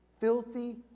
filthy